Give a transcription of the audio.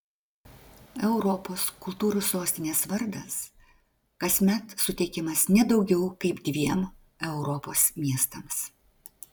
europos kultūros sostinės vardas kasmet suteikiamas ne daugiau kaip dviem europos miestams